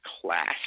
class